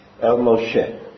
el-Moshe